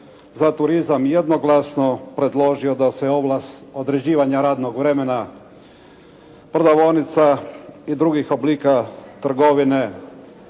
za turizam jednoglasno predložio da se ovlast određivanja radnog vremena prodavaonica i drugih oblika trgovine